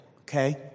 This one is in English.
okay